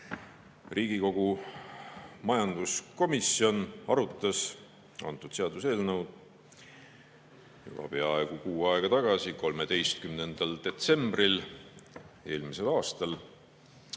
Riigikogu majanduskomisjon arutas kõnealust seaduseelnõu juba peaaegu kuu aega tagasi, 13. detsembril eelmisel aastal.